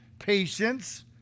patience